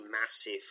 massive